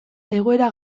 egoera